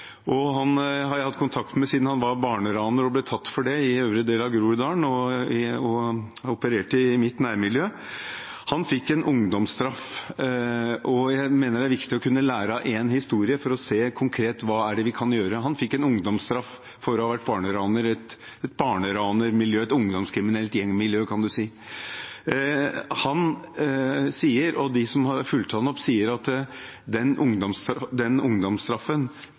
historie. Han heter Nahom, og ham har jeg hatt kontakt med siden han var barneraner og ble tatt for det, han opererte i mitt nærmiljø, i øvre del av Groruddalen. Jeg mener det er viktig å kunne lære av én historie for å se konkret hva det er vi kan gjøre. Han fikk en ungdomsstraff for å ha vært barneraner i et barneranermiljø, et ungdomskriminelt gjengmiljø, kan man si. Han sier, og de som har fulgt ham opp, sier, at den ungdomsstraffen